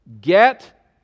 Get